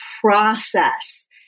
process